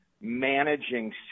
managing